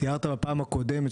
אתה תיארת בפעם הקודמת,